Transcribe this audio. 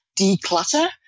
declutter